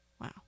Wow